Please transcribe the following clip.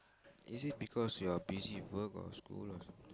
is it because you're busy work or school lah